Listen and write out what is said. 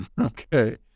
Okay